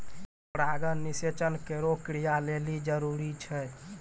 परागण निषेचन केरो क्रिया लेलि जरूरी छै